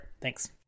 Thanks